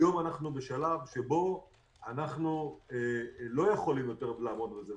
היום אנחנו בשלב שבו אנחנו לא יכולים יותר לעמוד בזה,